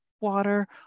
water